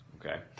okay